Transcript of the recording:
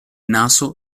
naso